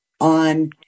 on